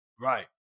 Right